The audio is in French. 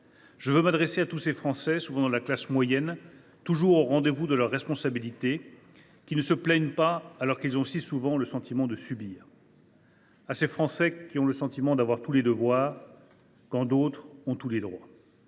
Je veux m’adresser à tous ces Français, souvent de la classe moyenne, toujours au rendez vous de leurs responsabilités, qui ne se plaignent pas, alors qu’ils ont si souvent le sentiment de subir, à ces Français qui ont le sentiment d’avoir tous les devoirs, quand d’autres ont tous les droits.